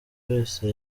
wese